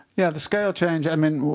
yeah, the scale change i mean,